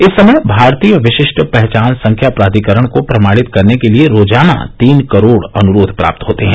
इस समय भारतीय विशिष्ट पहचान संख्या प्राधिकरण को प्रमाणित करने के लिए रोजाना तीन करोड़ अनुरोध प्राप्त होते हैं